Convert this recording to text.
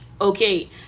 okay